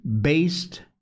based